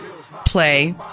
Play